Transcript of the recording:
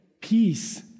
peace